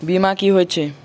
बीमा की होइत छी?